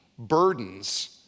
Burdens